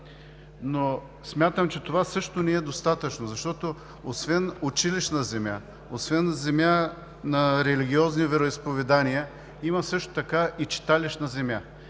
но смятам, че това също не е достатъчно, защото освен училищна земя, освен земя на религиозни вероизповедания, има също така и читалищна земя,